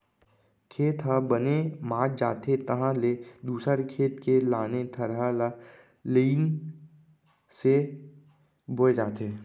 खेत ह बने मात जाथे तहाँ ले दूसर खेत के लाने थरहा ल लईन से बोए जाथे